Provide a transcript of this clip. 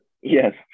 Yes